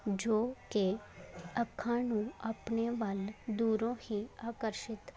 ਜੋ ਕਿ ਅੱਖਾਂ ਨੂੰ ਆਪਣੇ ਵੱਲ ਦੂਰੋਂ ਹੀ ਆਕਰਸ਼ਿਤ